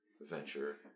venture